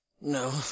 no